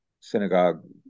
synagogue